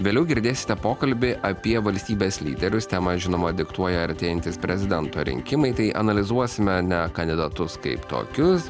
vėliau girdėsite pokalbį apie valstybės lyderius temą žinoma diktuoja artėjantys prezidento rinkimai tai analizuosime ne kandidatus kaip tokius